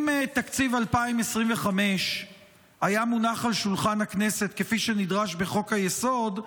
אם תקציב 2025 היה מונח על שולחן הכנסת כפי שנדרש בחוק-היסוד,